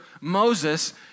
Moses